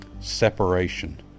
Separation